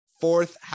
fourth